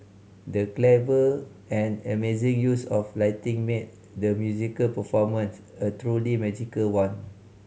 the clever and amazing use of lighting made the musical performance a truly magical one